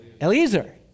Eliezer